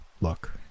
Look